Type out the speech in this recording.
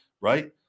Right